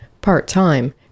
part-time